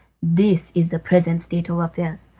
this is the present state of affairs.